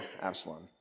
Absalom